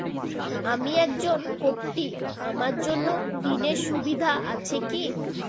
আমি একজন কট্টি আমার জন্য ঋণের সুবিধা আছে কি?